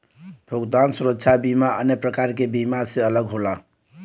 भुगतान सुरक्षा बीमा अन्य प्रकार के बीमा से अलग होला